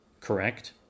correct